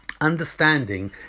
understanding